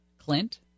Clint